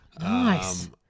Nice